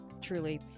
truly